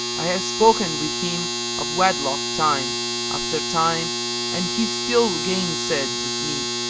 i have spoken with him of wedlock time after time and he still gainsaid me